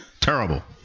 Terrible